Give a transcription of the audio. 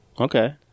Okay